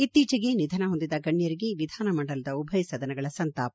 ಇತೀಚೆಗೆ ನಿಧನ ಹೊಂದಿದ ಗಣ್ಯರಿಗೆ ವಿಧಾನಮಂಡಲದ ಉಭಯ ಸದನಗಳ ಸಂತಾಪ